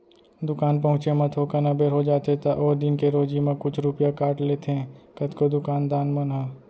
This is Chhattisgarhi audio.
दुकान पहुँचे म थोकन अबेर हो जाथे त ओ दिन के रोजी म कुछ रूपिया काट लेथें कतको दुकान दान मन ह